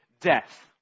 death